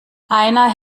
einer